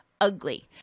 ugly